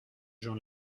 jean